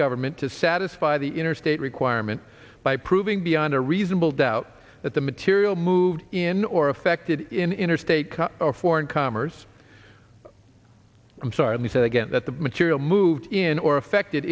government to satisfy the interstate requirement by proving the on a reasonable doubt that the material moved in or affected in interstate or foreign commerce i'm sorry he said again that the material moved in or affected